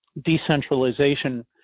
decentralization